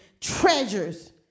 treasures